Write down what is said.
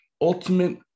Ultimate